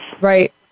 Right